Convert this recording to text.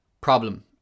problem